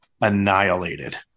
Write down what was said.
annihilated